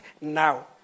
now